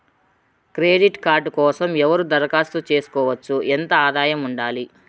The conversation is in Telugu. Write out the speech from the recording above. క్రెడిట్ కార్డు కోసం ఎవరు దరఖాస్తు చేసుకోవచ్చు? ఎంత ఆదాయం ఉండాలి?